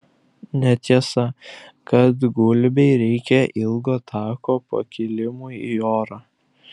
netiesa kad gulbei reikia ilgo tako pakilimui į orą